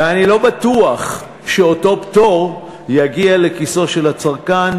ואני לא בטוח שאותו פטור יגיע לכיסו של הצרכן.